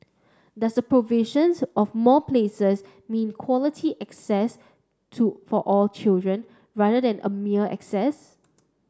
does the provisions of more places mean quality access to for all children rather than a mere access